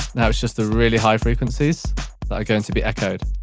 now it's just the really high frequencies that are going to be